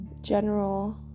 general